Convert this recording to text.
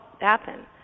happen